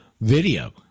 video